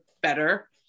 better